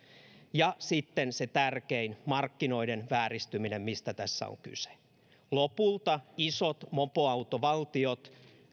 ja sitten se tärkein markkinoiden vääristyminen mistä tässä on kyse lopulta isot mopoautovaltiot